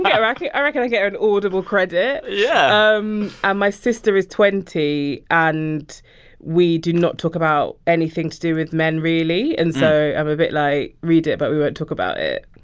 i reckon i reckon i get her an audible credit yeah um and my sister is twenty. and we do not talk about anything to do with men, really. and so i'm a bit like, read it, but we won't talk about it.